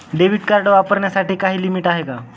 Debit card वापरण्यासाठी काही limit आहे का?